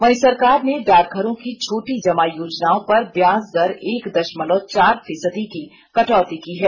वहीं सरकार ने डाकघरों की छोटी जमा योजनाओं पर ब्याज दर एक दषमलव चार फीसदी के कटौती की है